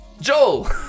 Joel